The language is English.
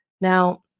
Now